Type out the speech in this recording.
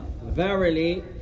Verily